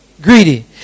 Greedy